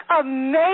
amazing